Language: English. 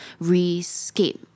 rescape